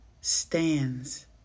stands